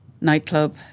nightclub